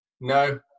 No